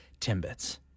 Timbits